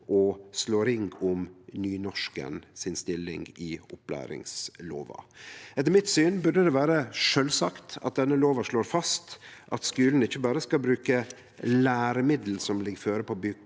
å slå ring om nynorsken si stilling i opplæringslova. Etter mitt syn burde det vere sjølvsagt at denne lova slår fast at skulen ikkje berre skal bruke læremiddel som ligg føre på